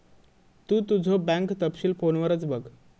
तु तुझो बँक तपशील फोनवरच बघ